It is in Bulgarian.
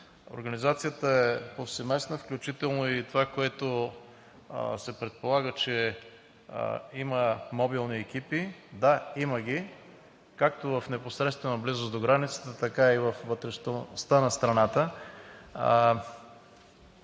Организацията е повсеместна, включително и това, което се предполага, че има мобилни екипи – да, има ги както в непосредствена близост до границата, така и във вътрешността на страната.